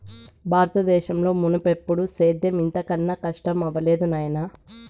బారత దేశంలో మున్నెప్పుడూ సేద్యం ఇంత కనా కస్టమవ్వలేదు నాయనా